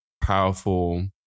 powerful